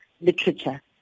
literature